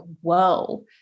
whoa